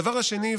הדבר השני,